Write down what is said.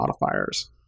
modifiers